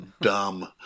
dumb